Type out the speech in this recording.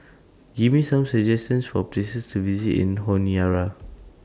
Give Me Some suggestions For Places to visit in Honiara